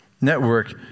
network